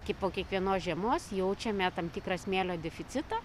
kaip po kiekvienos žiemos jaučiame tam tikrą smėlio deficitą